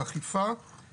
זו המהות של היום הזה.